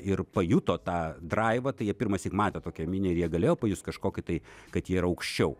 ir pajuto tą draivą tai jie pirmąsyk matė tokią minią ir jie galėjo pajust kažkokį tai kad jie yra aukščiau